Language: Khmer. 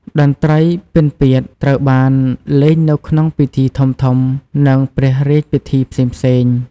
តន្ត្រីពិណពាទ្យត្រូវបានលេងនៅក្នុងពិធីបុណ្យធំៗ និងព្រះរាជពិធីផ្សេងៗ។